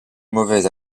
mauvaise